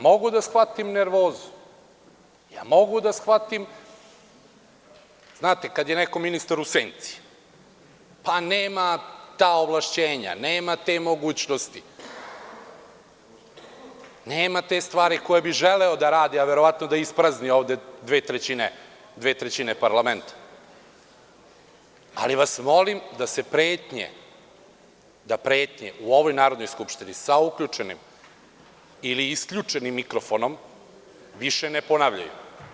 Mogu da shvatim nervozu, mogu da shvatim, znate, kad je neko ministar u senci, pa nema ta ovlašćenja, nema te mogućnosti, nema te stvari koje bi želeo da radi, a verovatno da isprazni ovde dve trećine parlamenta, ali vas molim da se pretnje u ovoj Narodnoj skupštini, sa uključenim ili isključenim mikrofonom, više ne ponavljaju.